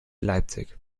leipzig